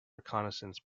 reconnaissance